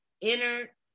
inner